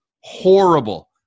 horrible